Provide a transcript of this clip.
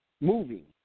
moving